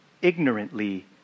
ignorantly